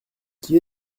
qui